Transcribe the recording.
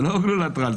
זה לא גלולת רעל.